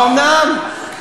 האומנם?